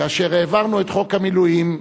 כאשר העברנו את חוק המילואים,